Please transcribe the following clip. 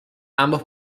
ambos